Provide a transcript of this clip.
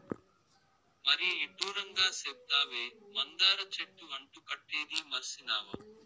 మరీ ఇడ్డూరంగా సెప్తావే, మందార చెట్టు అంటు కట్టేదీ మర్సినావా